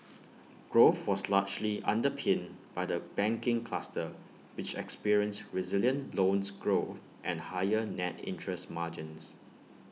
growth was largely underpinned by the banking cluster which experienced resilient loans growth and higher net interest margins